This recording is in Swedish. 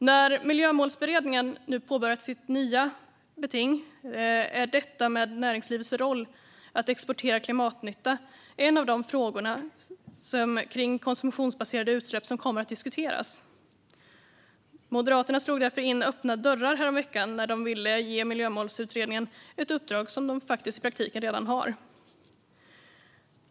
När Miljömålsberedningen nu påbörjat sitt nya beting är näringslivets roll att exportera klimatnytta en av de frågor kring konsumtionsbaserade utsläpp som kommer att diskuteras. Moderaterna slog därför in öppna dörrar häromveckan när de ville ge Miljömålsutredningen ett uppdrag den i praktiken redan har.